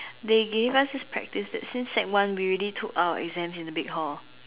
they give us this practice that since sec one we already took our exams in the big hall